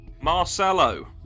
Marcelo